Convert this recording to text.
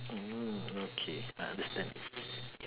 mm okay I understand